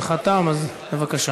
זמנך תם, אז בבקשה.